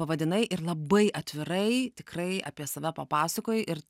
pavadinai ir labai atvirai tikrai apie save papasakojai ir